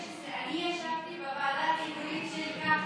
הכנסת גפני, אני ישבתי בוועדה הציבורית של כחלון.